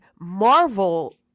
marvel